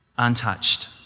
Untouched